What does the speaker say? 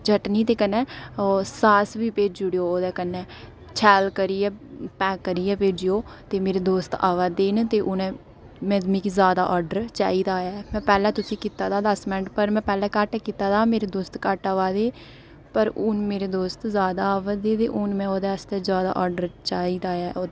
चटनी ते कन्नै सास भी भेजी ओड़ेओ ओह्दे कन्नै शैल करियै पैक करियै भेजेओ ते मेरे दोस्त आवै दे न ते हून एह् मिगी जैदा आर्डर चाहिदा ऐ में पैह्लें तुसें ई कीता दा दस्स मिन्ट पर में पैह्लें घट्ट कीता दा मेरे दोस्त घट्ट आवै दे पर हून मेरे दोस्त जैदा आवै दे हून में ओह्दे आस्तै जैदा आर्डर चाहिदा